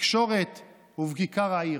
בתקשורת ובכיכר העיר.